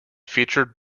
featured